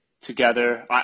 together